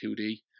2D